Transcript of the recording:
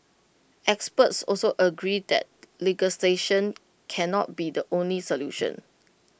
experts also agree that legislation cannot be the only solution